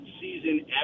season